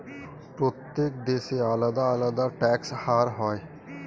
প্রত্যেক দেশে আলাদা আলাদা ট্যাক্স হার হয়